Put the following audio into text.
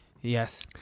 Yes